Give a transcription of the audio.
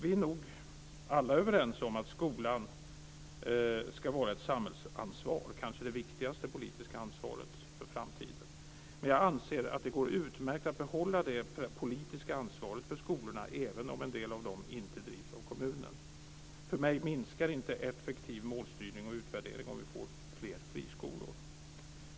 Vi är nog alla överens om att skolan ska vara ett samhällsansvar, kanske det viktigaste politiska ansvaret för framtiden, men jag anser att det går utmärkt att behålla det politiska ansvaret för skolorna, även om en del av dem inte drivs av kommunen. För mig minskar inte effektiv målstyrning och utvärdering om vi får fler friskolor.